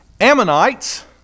Ammonites